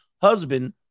husband